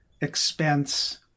expense